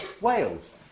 Wales